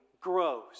grows